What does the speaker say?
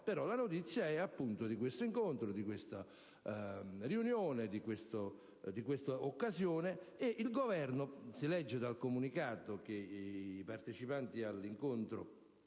Però, la notizia è appunto di questo incontro, di questa riunione ed occasione. Il Governo, come si legge dal comunicato che i partecipanti all'incontro